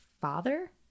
father